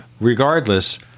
regardless